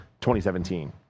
2017